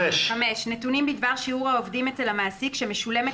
נתונים בדבר שיעור העובדים אל המעסיק שמשולמת